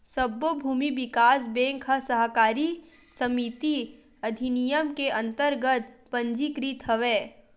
सब्बो भूमि बिकास बेंक ह सहकारी समिति अधिनियम के अंतरगत पंजीकृत हवय